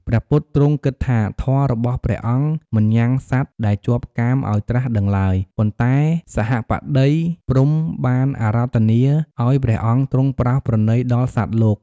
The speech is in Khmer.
ព្រះពុទ្ធទ្រង់គិតថា ធម៌របស់ព្រះអង្គមិនញ៉ាំងសត្វដែលជាប់កាមឲ្យត្រាស់ដឹងឡើយ ប៉ុន្តែសហម្បតីព្រហ្មបានអារាធនាឲ្យព្រះអង្គទ្រង់ប្រោសប្រណីដល់សត្វលោក។